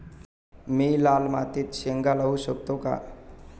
मी लाल मातीत शेंगा लावू शकतो का?